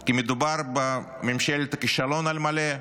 כי מדובר בממשלת הכישלון על מלא,